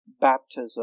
baptism